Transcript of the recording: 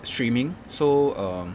streaming so um